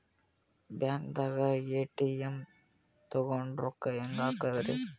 ಬ್ಯಾಂಕ್ದಾಗ ಎ.ಟಿ.ಎಂ ತಗೊಂಡ್ ರೊಕ್ಕ ಹೆಂಗ್ ಹಾಕದ್ರಿ?